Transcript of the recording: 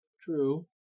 True